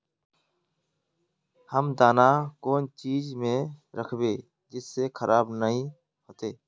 हम दाना कौन चीज में राखबे जिससे खराब नय होते?